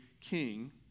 king